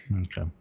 okay